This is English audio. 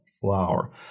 flower